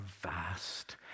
vast